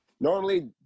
normally